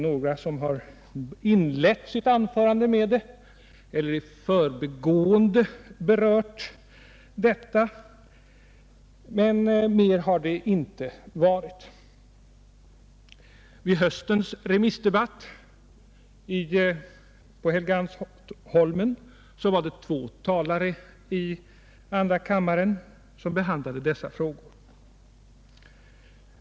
Några har inlett sina anföranden med den frågan eller i förbigående berört den, men mer har det inte varit. Vid höstens remissdebatt på Helgeandsholmen var det två talare i andra kammaren som behandlade dessa frågor.